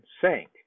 sank